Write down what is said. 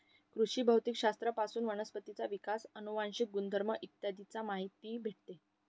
कृषी भौतिक शास्त्र पासून वनस्पतींचा विकास, अनुवांशिक गुणधर्म इ चा माहिती भेटते